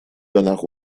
danach